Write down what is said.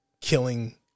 killing